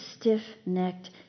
stiff-necked